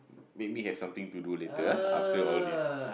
make me have something to do later ah after all this